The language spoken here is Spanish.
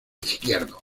izquierdo